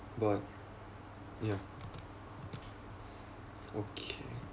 but ya okay